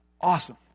awesome